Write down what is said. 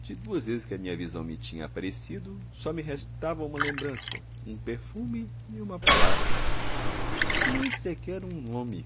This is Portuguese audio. de duas vezes que a minha visão me tinha aparecido só me restavam uma lembrança um perfume e uma palavra nem sequer um nome